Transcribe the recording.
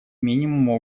минимуму